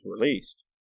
released